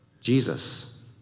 Jesus